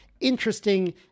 interesting